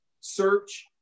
search